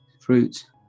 fruits